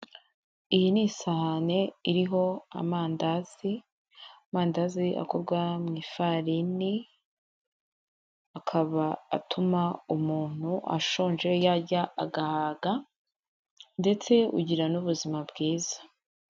Iyi ni isahani iriho amandazi, amandazi akorwa mu ifarini akaba atuma umuntu ashonje yajya agahaga, ndetse ugira n'ubuzima bwiza.